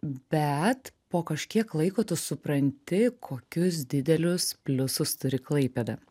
bet po kažkiek laiko tu supranti kokius didelius pliusus turi klaipėda